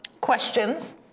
questions